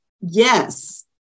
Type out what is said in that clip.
Yes